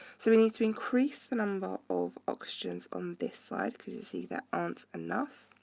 so we need to increase the number of oxygens on this side because you see there aren't enough.